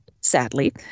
sadly